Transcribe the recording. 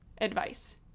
advice